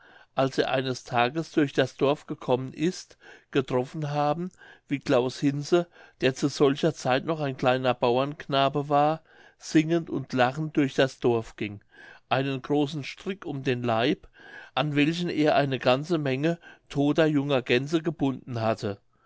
als er eines tages durch das dorf gekommen ist getroffen haben wie claus hinze der zu solcher zeit noch ein kleiner bauernknabe war singend und lachend durch das dorf ging einen großen strick um den leib an welchen er eine ganze menge todter junger gänse gebunden hatte